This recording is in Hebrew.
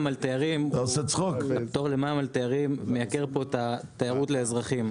על תיירים מייקר את התיירות לאזרחים.